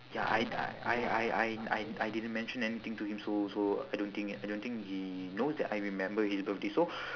ya I d~ I I I I I didn't mention anything to him so so I don't think I don't think he knows that I remember his birthday so